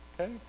Okay